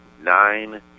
Nine